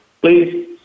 please